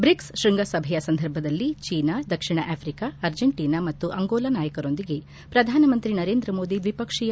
BRICS ಶ್ವಂಗಸಭೆಯ ಸಂದರ್ಭದಲ್ಲಿ China ದಕ್ಷಿಣ Africa Argentina ಮತ್ತು ಅಂಗೋಲಾ ನಾಯಕರೊಂದಿಗೆ ಪ್ರಧಾನಮಂತ್ರಿ ನರೇಂದ್ರಮೋದಿ ದ್ವಿಪಕ್ಷೀಯ ಮಾತುಕತೆ